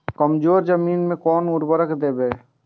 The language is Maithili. कमजोर जमीन में कोन कोन उर्वरक देब?